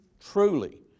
truly